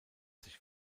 sich